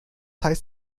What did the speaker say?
heißt